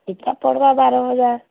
ଇଟା ପଡ଼୍ବା ବାର ହଜାର୍